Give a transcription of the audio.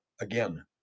again